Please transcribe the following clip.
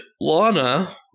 Lana